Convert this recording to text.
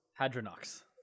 Hadronox